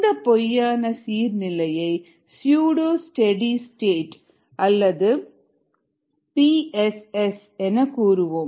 இந்த பொய்யான சீர் நிலையை சூடோ ஸ்டெடி ஸ்டேட் அல்லது பி எஸ் எஸ் என கூறுவோம்